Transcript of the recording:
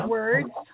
words